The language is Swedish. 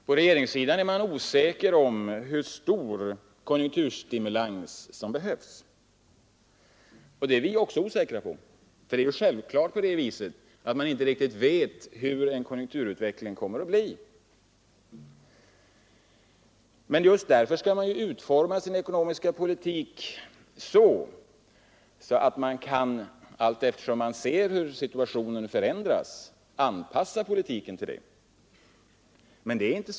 På regeringssidan är man osäker om hur stor konjunkturstimulans som behövs, och det är vi också osäkra på. Det är självklart att man inte riktigt vet hur en konjunkturutveckling kommer att bli. Men just därför skall man utforma sin ekonomiska politik så att man, allteftersom man ser hur situationen förändras, kan anpassa politiken till det.